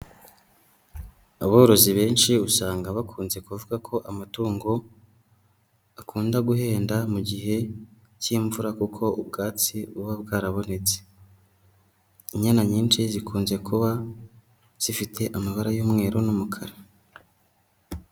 Aborozi benshi usanga bakunze kuvuga ko amatungo akunda guhenda mu gihe cy'imvura kuko ubwatsi buba bwarabonetse. Inyana nyinshi zikunze kuba zifite amabara y'umweru n'umukara.